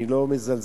אני לא מזלזל,